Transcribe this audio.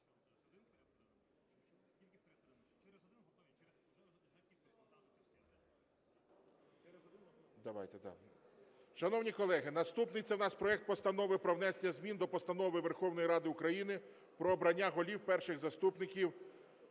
Шановні колеги, наступний це в нас проект Постанови про внесення змін до Постанови Верховної Ради України "Про обрання голів, перших заступників,